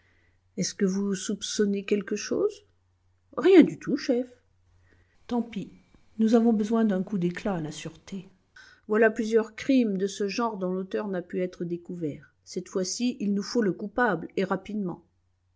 est-ce que vous soupçonnez quelque chose rien du tout chef tant pis nous avons besoin d'un coup d'éclat à la sûreté voilà plusieurs crimes de ce genre dont l'auteur n'a pu être découvert cette fois-ci il nous faut le coupable et rapidement